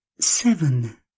Seven